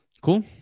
Cool